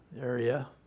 area